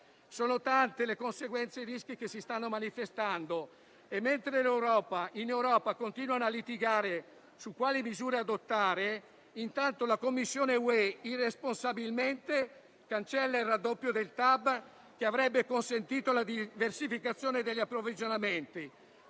Sono tante le conseguenze e i rischi che si stanno manifestando e mentre in Europa continuano a litigare su quali misure adottare, la Commissione UE irresponsabilmente cancella il raddoppio del TAP, che avrebbe consentito la diversificazione degli approvvigionamenti.